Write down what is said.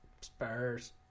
Spurs